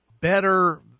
better